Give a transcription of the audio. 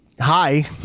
hi